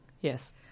Yes